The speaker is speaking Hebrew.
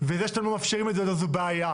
וזה שאתם לא מאפשרים את זה, זו בעיה.